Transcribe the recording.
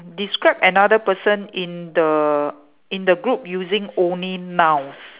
describe another person in the in the group using only nouns